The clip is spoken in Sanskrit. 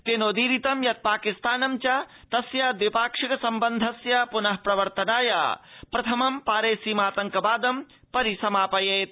तेनोदीरितं यत् पाकिस्तानं च तस्य द्वि पाक्षिक सम्बन्धस्य प्नः प्रवर्तनाय प्रथमं पारेसीमातंकवादं परिसमापयेत्